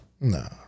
No